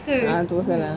ah tu pasal